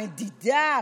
מדידה,